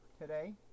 today